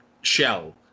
shell